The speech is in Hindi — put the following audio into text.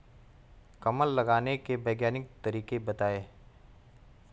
कमल लगाने के वैज्ञानिक तरीके बताएं?